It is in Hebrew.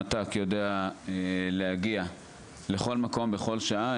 המת"ק יודע להגיע לכל מקום בכל שעה,